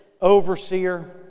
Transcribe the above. overseer